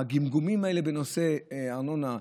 הגמגומים האלה בנושא ארנונה,